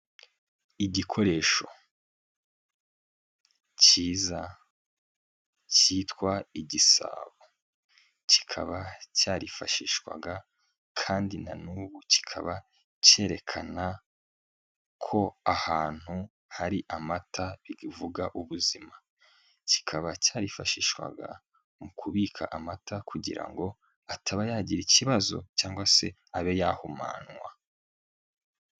Igikoresho cyiza cyitwa igisabo, kikaba cyarifashishwaga kandi na n'ubu kikaba cyerekana ko ahantu hari amata bivuga ubuzima, kikaba cyarifashishwaga mu kubika amata kugira ngo ataba yagira ikibazo cyangwa se abe yahumanywa.